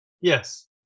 Yes